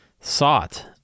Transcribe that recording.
sought